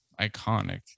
iconic